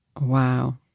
Wow